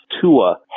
Tua